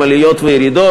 עם עליות וירידות,